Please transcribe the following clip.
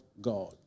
God